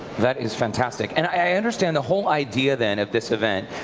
that is fantastic. and i understand the whole idea then of this event,